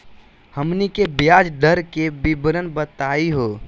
हमनी के ब्याज दर के विवरण बताही हो?